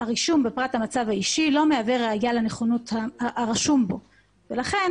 הרישום בפרט המצב האישי לא מהווה ראיה לנכונות הרשום בו ולכן